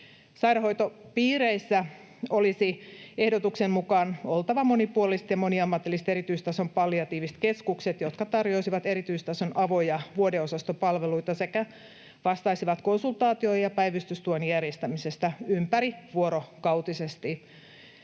Sairaanhoitopiireissä olisi ehdotuksen mukaan oltava monipuoliset ja moniammatilliset erityistason palliatiiviset keskukset, jotka tarjoaisivat erityistason avo- ja vuodeosastopalveluita sekä vastaisivat konsultaatio- ja päivystystuen järjestämisestä ympärivuorokautisesti.